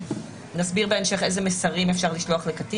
נסביר בהמשך איזה מסרים אפשר לשלוח לקטין